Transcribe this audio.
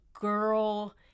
girl